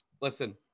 Listen